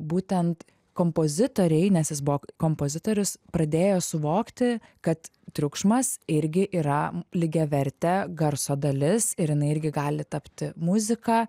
būtent kompozitoriai nes jis buvo kompozitorius pradėjo suvokti kad triukšmas irgi yra lygiavertė garso dalis ir jinai irgi gali tapti muzika